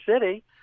city